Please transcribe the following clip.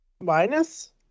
minus